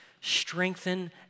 strengthen